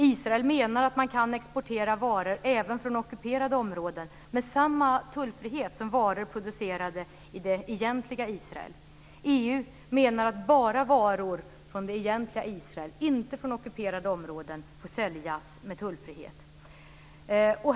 Israel menar att man kan exportera varor från ockuperade områden med samma tullfrihet som varor producerade i det egentliga Israel. EU menar att bara varor från det egentliga Israel, inte från ockuperade områden, får säljas med tullfrihet.